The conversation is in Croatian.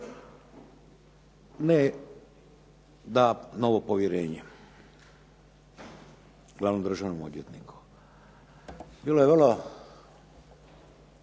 ne da novo povjerenje glavnom državnom odvjetniku. Bilo je vrlo